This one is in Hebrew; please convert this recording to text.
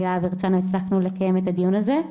להב הרצאנו הצלחנו לקיים את הדיון הזה.